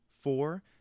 Four